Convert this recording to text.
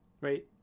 Right